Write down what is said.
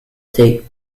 take